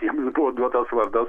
jiems buvo duotas vardas